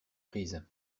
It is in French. prise